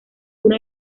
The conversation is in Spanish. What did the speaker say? uno